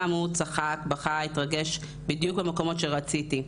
גם הוא צחק, בכה, התרגש, בדיוק במקומות שרציתי.